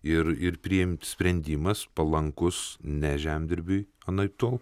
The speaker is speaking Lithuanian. ir ir priimt sprendimas palankus ne žemdirbiui anaiptol